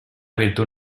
virtud